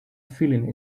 feeling